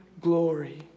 glory